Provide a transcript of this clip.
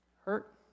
Hurt